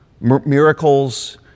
miracles